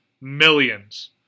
Millions